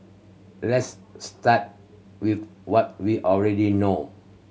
let's start with what we already know